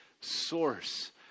source